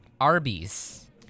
Arby's